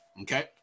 Okay